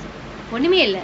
ஒண்ணுமே இல்ல:onnumae illa